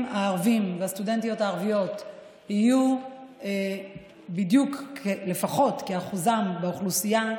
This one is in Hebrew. הערבים והסטודנטיות הערביות יהיה לפחות כאחוזם באוכלוסייה,